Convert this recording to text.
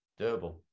doable